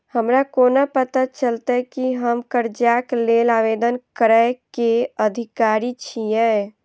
हमरा कोना पता चलतै की हम करजाक लेल आवेदन करै केँ अधिकारी छियै?